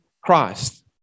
Christ